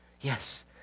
Yes